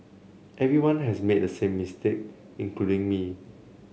everyone has made the same mistake including me